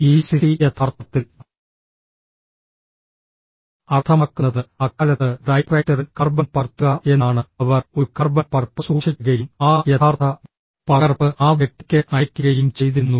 ഈ സിസി യഥാർത്ഥത്തിൽ അർത്ഥമാക്കുന്നത് അക്കാലത്ത് ടൈപ്പ്റൈറ്ററിൽ കാർബൺ പകർത്തുക എന്നാണ് അവർ ഒരു കാർബൺ പകർപ്പ് സൂക്ഷിക്കുകയും ആ യഥാർത്ഥ പകർപ്പ് ആ വ്യക്തിക്ക് അയയ്ക്കുകയും ചെയ്തിരുന്നു